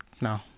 No